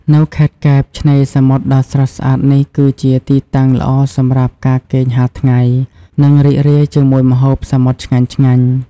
នៅខេត្តកែប ឆ្នេរសមុទ្រដ៏ស្រស់ស្អាតនេះគឺជាទីតាំងល្អសម្រាប់ការគេងហាលថ្ងៃ និងរីករាយជាមួយម្ហូបសមុទ្រឆ្ងាញ់ៗ។